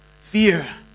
fear